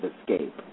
escape